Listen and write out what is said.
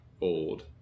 old